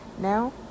Now